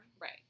right